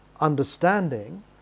understanding